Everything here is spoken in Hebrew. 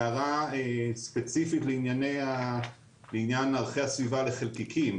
הערה ספציפית לעניין ערכי הסביבה לחלקיקים.